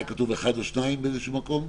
היה כתוב אחד או שניים באיזשהו מקום?